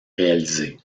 réalisé